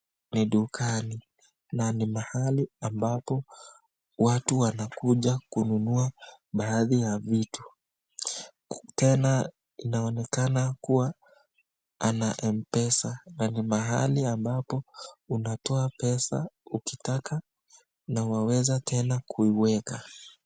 Ni duka na ni mahali ambapo watu wanakuja kununua baadhi ya viatu, tena inaonekana kua ana mpesa, mahali ambapo unatoa pesa ukitaka na waweza tena kuiweka.